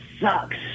sucks